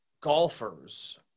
golfers